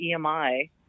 EMI